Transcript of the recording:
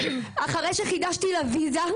אחרי שחידשתי לה ויזה,